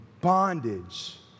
bondage